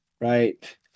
Right